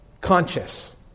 conscious